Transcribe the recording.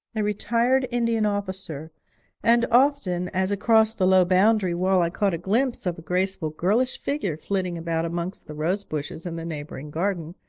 a retired indian officer and often, as across the low boundary wall i caught a glimpse of a graceful girlish figure flitting about amongst the rose-bushes in the neighbouring garden,